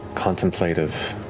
contemplative.